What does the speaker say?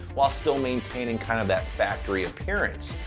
while still maintaining kind of that factory appearance.